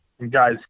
Guys